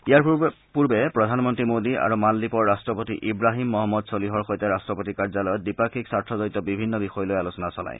ইয়াৰ পূৰ্বে প্ৰধানমন্ত্ৰী মোদী আৰু মালদ্বীপৰ ৰাট্টপতি ইব্ৰাহিম মহম্মদ ছ'লিহৰ সৈতে ৰাট্টপতিৰ কাৰ্যালয়ত দ্বিপাক্ষিক স্বাৰ্থজড়িত বিভিন্ন বিষয় লৈ আলোচনা চলায়